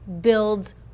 builds